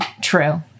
True